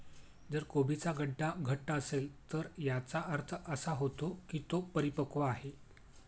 जर कोबीचा गड्डा घट्ट असेल तर याचा अर्थ असा होतो की तो परिपक्व आहे